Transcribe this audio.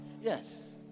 Yes